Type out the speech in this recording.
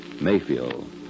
Mayfield